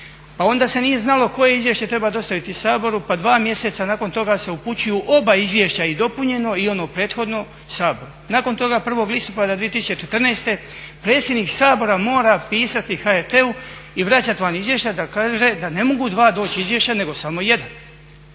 Pa onda se nije znalo koje izvješće treba dostaviti Saboru pa dva mjeseca nakon toga se upućuju oba izvješća i dopunjeno i ono prethodno Saboru. Nakon toga 1. listopada 2014. predsjednik Sabora mora pisati HRT-u i vraćat vam izvješća da kaže da ne mogu dva doći izvješća nego samo jedan.